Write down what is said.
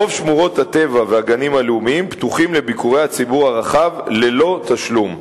רוב שמורות הטבע והגנים הלאומיים פתוחים לביקורי הציבור הרחב ללא תשלום.